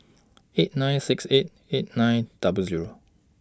eight nine six eight eight nine double Zero